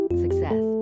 success